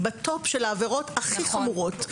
היא בטופ של העבירות הכי חמורות.